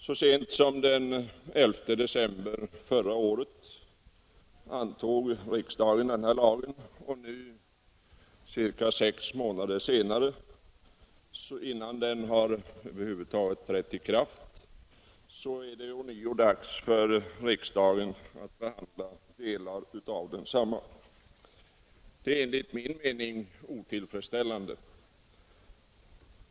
Så sent som den 11 december förra året antog riksdagen denna lag, och nu — cirka sex månader senare och innan den har trätt i kraft — är det ånyo dags för riksdagen att behandla delar av densamma. Det är enligt min mening otillfredsställande.